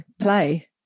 play